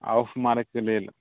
of मारैके लेल